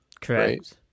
Correct